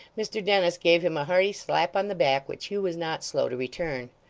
mr dennis gave him a hearty slap on the back, which hugh was not slow to return.